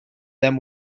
them